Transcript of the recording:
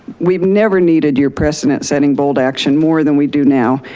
we've never needed your precedent setting bold action more than we do now.